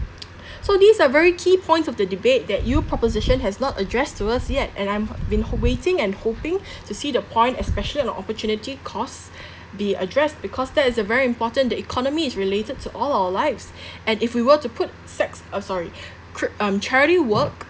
so these are very key points of the debate that you proposition has not addressed to us yet and i'm hop~ been waiting and hoping to see the point especially on the opportunity cost be addressed because that is a very important the economy is related to all our lives and if we were to put sex oh sorry cri~ um charity work